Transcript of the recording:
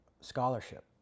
scholarship